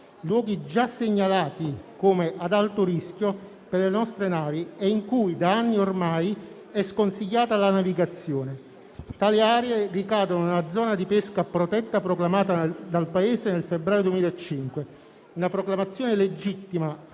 luoghi già segnalati come ad alto rischio per le nostre navi e in cui da anni ormai è sconsigliata la navigazione. Tali aree ricadono nella zona di pesca protetta proclamata dal Paese nel febbraio 2005. Si tratta di una proclamazione legittima